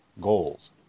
goals